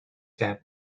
have